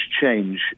change